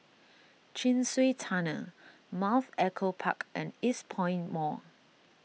Chin Swee Tunnel Mount Echo Park and Eastpoint Mall